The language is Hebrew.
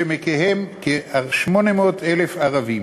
ומהם 800,000 ערבים,